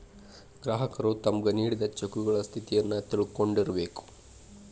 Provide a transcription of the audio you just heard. ಗ್ರಾಹಕರು ತಮ್ಗ್ ನೇಡಿದ್ ಚೆಕಗಳ ಸ್ಥಿತಿಯನ್ನು ತಿಳಕೊಂಡಿರ್ಬೇಕು